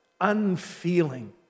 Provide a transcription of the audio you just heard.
Unfeeling